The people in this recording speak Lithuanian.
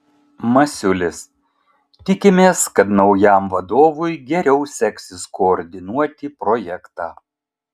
masiulis tikimės kad naujam vadovui geriau seksis koordinuoti projektą